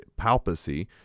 palpacy